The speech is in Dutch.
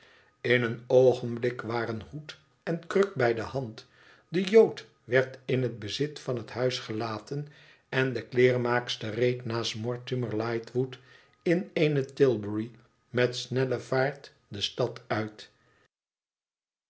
in een oogenblik waren hoed en kruk bij de hand de jood werd in het bezit van het huis gelaten en de kleermaakster reed naast mortimer lightwood in eene tilbury met snelle vaart de stad uit